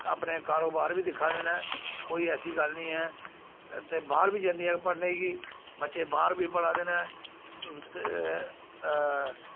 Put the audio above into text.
अपने कारोबार बी दिक्खा दे न कोई ऐसी गल्ल निं ऐ ते बाह्र बी जंदियां पढ़ने गी बच्चे बाह्र बी पढ़ा दे न ते